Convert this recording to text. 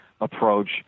approach